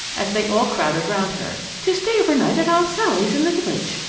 as they all crowded round her, to stay over night at aunt sally's in the village.